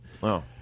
Wow